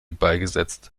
beigesetzt